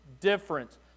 difference